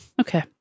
Okay